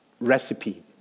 recipe